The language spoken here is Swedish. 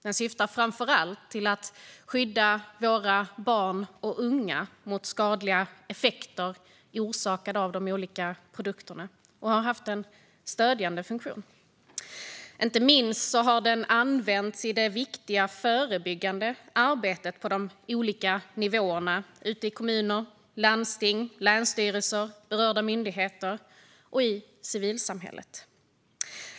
Den syftar framför allt till att skydda våra barn och unga mot skadliga effekter orsakade av de olika produkterna och har haft en stödjande funktion. Inte minst har den använts i det viktiga förebyggande arbetet på de olika nivåerna - ute i kommuner, landsting, länsstyrelser och berörda myndigheter samt i civilsamhället.